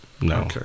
No